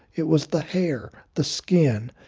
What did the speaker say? it was the hair, the skin,